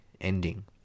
ending